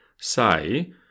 say